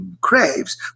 craves